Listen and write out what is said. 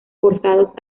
forzados